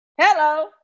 Hello